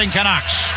Canucks